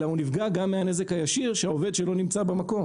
אלא הוא נפגע גם מהנזק הישיר שהעובד שלו נמצא במקום.